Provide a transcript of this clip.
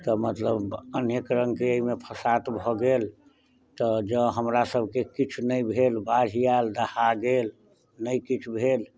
तऽ मतलब अनेक रङके एहिमे फसात भऽ गेल तऽ जऽ हमरा सबके किछु नहि भेल बाढ़ि आएल दहा गेल नहि किछु भेल